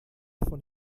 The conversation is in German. von